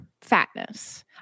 fatness